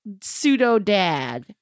pseudo-dad